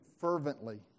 fervently